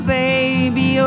baby